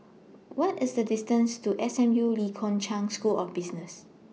What IS The distance to S M U Lee Kong Chian School of Business